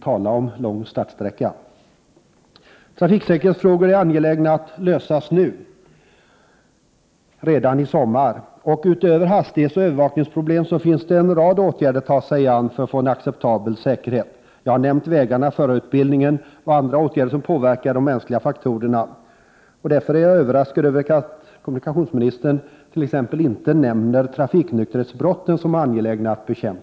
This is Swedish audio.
Tala om lång startsträcka! Trafiksäkerhetsfrågorna är det angeläget att man löser nu, redan i sommar. Utöver hastighetsoch övervakningsproblem finns det en rad åtgärder att vidta för att nå en acceptabel trafiksäkerhet. Jag har nämnt vägarna, förarutbildningen och andra åtgärder som påverkar de mänskliga faktorerna. Därför är jag överraskad av att kommunikationsministern t.ex. inte nämner trafiknykterhetsbrotten såsom angelägna att bekämpa. Rege Prot.